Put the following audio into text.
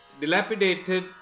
dilapidated